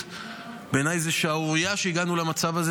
בעיניי, זו שערורייה שהגענו למצב הזה.